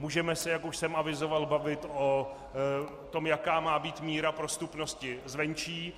Můžeme se, jak už jsem avizoval, bavit o tom, jaká má být míra prostupnosti zvenčí.